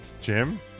Jim